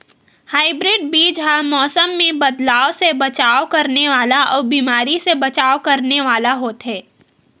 hybrid बीज हा मौसम मे बदलाव से बचाव करने वाला अउ बीमारी से बचाव करने वाला होथे